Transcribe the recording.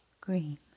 green